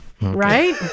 right